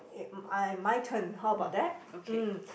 it I my turn how about that mm